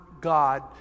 God